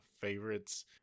favorites